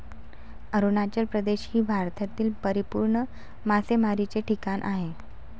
अरुणाचल प्रदेश हे भारतातील परिपूर्ण मासेमारीचे ठिकाण आहे